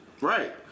Right